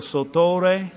Sotore